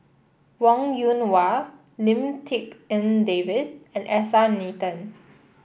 Wong Yoon Wah Lim Tik En David and S R Nathan